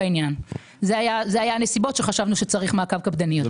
אלה היו הנסיבות שחשבנו שצריך מעקב קפדני יותר.